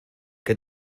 que